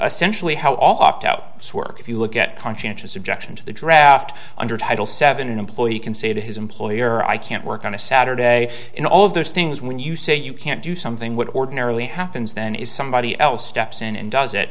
essentially how all opt out if you look at conscientious objection to the draft under title seven employee you can say to his employer i can't work on a saturday in all of those things when you say you can't do something would ordinarily happens then is somebody else steps in and does it